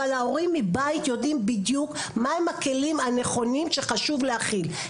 אבל ההורים מבית יודעים בדיוק מהם הכלים הנכונים שחשוב להכיל.